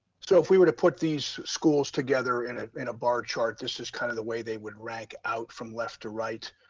so if we were to put these schools together in ah in a bar chart, this is kind of the way they would rank out from left to right,